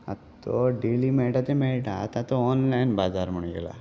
आतां तो डेली मेळटा ते मेळटा आतां तो ऑनलायन बाजार म्हूण येला